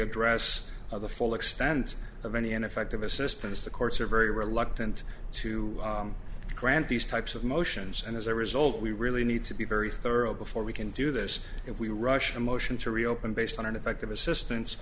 address of the full extent of any ineffective assistance the courts are very reluctant to grant these types of motions and as a result we really need to be very thorough before we can do this if we rushed a motion to reopen based on an effective assistance